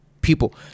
People